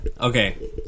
Okay